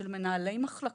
של מנהלי מחלקות,